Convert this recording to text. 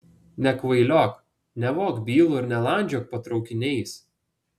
nekvailiok nevok bylų ir nelandžiok po traukiniais